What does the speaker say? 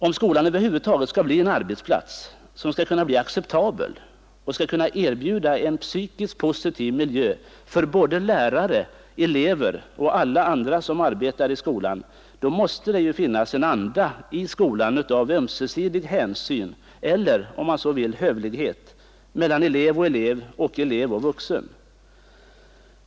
Om skolan över huvud taget skall bli en arbetsplats som är acceptabel och erbjuder en psykiskt positiv miljö för både lärare och elever och alla andra som arbetar i skolan måste det finnas en anda av ömsesidig hänsyn eller, om man så vill, hövlighet mellan elev och elev och mellan elev och vuxna.